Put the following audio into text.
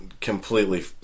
completely